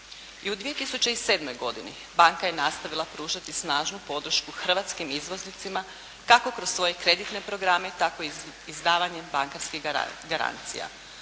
I u 2007. godini banka je nastavila pružati snažnu podršku hrvatskim izvoznicima kako kroz svoje kreditne programe tako i izdavanjem bankarskih garancija.